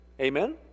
Amen